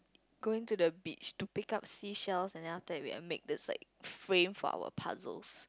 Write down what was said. going to the beach to pick up sea shells and then after we will make this like frame for our puzzles